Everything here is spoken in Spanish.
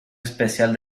especial